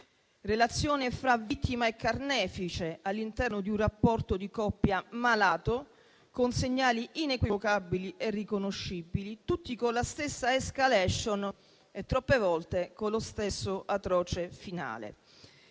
relazione fra vittima e carnefice all'interno di un rapporto di coppia malato, con segnali inequivocabili e riconoscibili, tutti con la stessa *escalation* e troppe volte con lo stesso atroce finale.